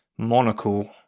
Monocle